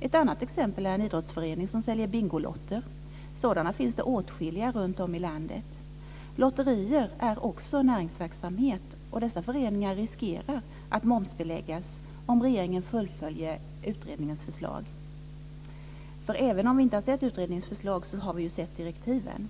Ett annat exempel är en idrottsförening som säljer Bingolotter. Sådana finns det åtskilliga runtom i landet. Lotterier är också näringsverksamhet, och dessa föreningar riskerar att momsbeläggas om regeringen fullföljer utredningens förslag. Även om vi inte har sett utredningens förslag så har vi ju sett direktiven.